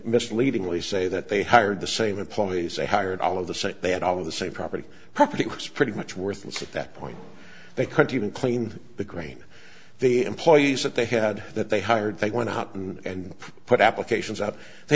misleadingly say that they hired the same employees they hired all of the same they had all of the same property property was pretty much worthless at that point they couldn't even claim the grain the employees that they had that they hired they went out and put applications out they